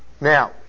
now